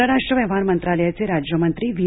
परराष्ट्र व्यवहार मंत्रालयाचे राज्य मंत्री व्ही